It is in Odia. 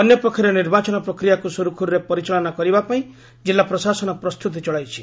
ଅନ୍ୟପକ୍ଷରେ ନିର୍ବାଚନ ପ୍ରକ୍ରିୟାକୁ ସୁରୁଖୁରୁରେ ପରିଚାଳନା କରିବା ପାଇଁ ଜିଲ୍ଲା ପ୍ରଶାସନ ପ୍ରସ୍ରୁତି ଚଳାଇଛି